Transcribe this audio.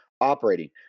operating